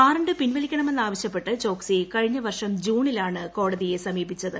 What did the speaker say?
warrant പിൻവലിക്കണമെന്നാവശ്യപ്പെട്ട് ചോക്സി കഴിഞ്ഞ വർഷം ജൂണിലാണ് കോടതിയെ സമീപിച്ചത്